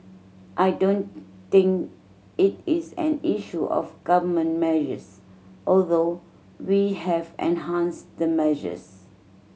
I don't think it is an issue of Government measures although we have enhanced the measures